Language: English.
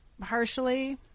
partially